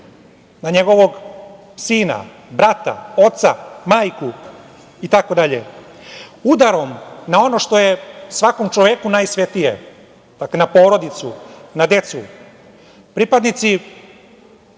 na njegovog sina, brata, oca, majku, itd. Udarom na ono što je svakom čoveku najsvetije, na porodicu, na decu, pripadnici